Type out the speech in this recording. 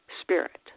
spirit